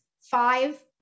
five